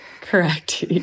Correct